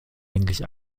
eigentlich